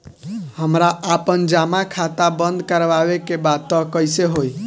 हमरा आपन जमा खाता बंद करवावे के बा त कैसे होई?